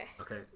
Okay